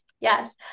Yes